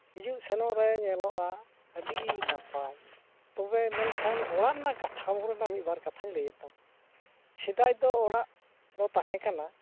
ᱦᱤᱡᱩᱜ ᱥᱮᱱᱚᱜ ᱨᱮ ᱧᱮᱞᱚᱜᱼᱟ ᱟᱹᱰᱤ ᱱᱟᱯᱟᱭ ᱛᱚᱵᱮ ᱢᱮᱱᱠᱷᱟᱱ ᱚᱲᱟᱜ ᱨᱮᱱᱟᱜ ᱠᱟᱴᱷᱟᱢᱳ ᱨᱮᱱᱟᱜ ᱢᱤᱫᱼᱵᱟᱨ ᱠᱟᱛᱷᱟᱧ ᱞᱟᱹᱭᱮᱫ ᱛᱟᱵᱚᱱᱟ ᱥᱮᱫᱟᱭ ᱫᱚ ᱚᱲᱟᱜ ᱫᱚ ᱛᱟᱦᱮᱸᱠᱟᱱᱟ